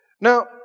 Now